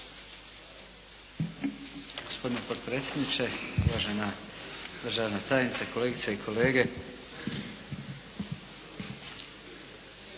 Gospodine potpredsjedniče, uvažena državna tajnice, kolegice i kolege.